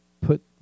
put